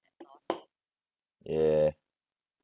yeah